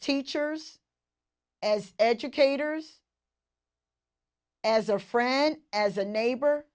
teachers as educators as a friend as a neighbor